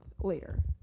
later